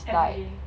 everyday